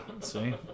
see